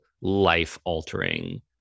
life-altering